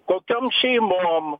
kokiom šeimom